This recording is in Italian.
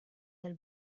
del